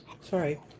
sorry